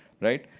right?